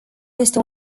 este